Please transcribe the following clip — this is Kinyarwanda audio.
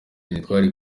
ntitwari